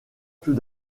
tout